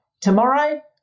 Tomorrow